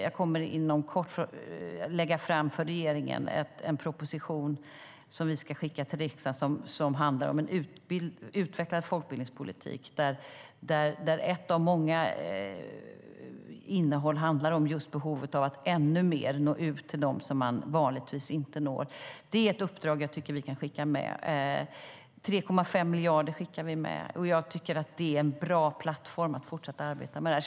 Jag kommer inom kort att lägga fram en proposition för regeringen som vi ska skicka till riksdagen som handlar om en utvecklad folkbildningspolitik, bland annat om behovet av att ännu mer nå ut till dem som man vanligtvis inte når. Det är ett uppdrag som jag tycker att vi kan skicka med. 3,5 miljarder skickar vi med, och jag tycker att det är en bra plattform för att fortsätta att arbeta med det här.